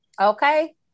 Okay